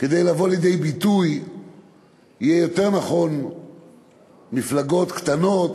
כדי לבוא לידי ביטוי יהיה יותר נכון מפלגות קטנות,